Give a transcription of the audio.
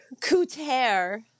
Couture